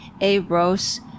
A-Rose